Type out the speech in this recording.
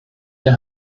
hier